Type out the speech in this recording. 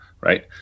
right